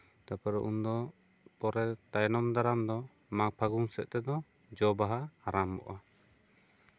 ᱛᱟᱨᱯᱚᱨᱮ ᱩᱱᱫᱚ ᱯᱚᱨᱮ ᱛᱟᱭᱚᱢ ᱫᱟᱨᱟᱢ ᱫᱚ ᱢᱟᱜᱷ ᱯᱷᱟᱹᱜᱩᱱ ᱥᱮᱫ ᱛᱮᱫᱚ ᱡᱚ ᱵᱟᱦᱟ ᱟᱨᱟᱢᱵᱷᱚᱜᱼᱟ